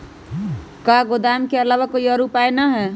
का गोदाम के आलावा कोई और उपाय न ह?